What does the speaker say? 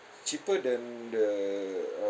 cheaper than the uh